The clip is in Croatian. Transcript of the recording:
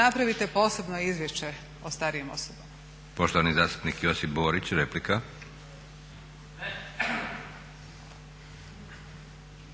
Napravite posebno izvješće o starijim osobama.